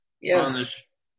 Yes